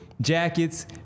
Jackets